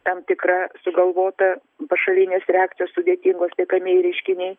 tam tikra sugalvota pašalinės reakcijos sudėtingos liekamieji reiškiniai